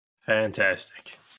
Fantastic